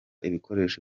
ibikoresho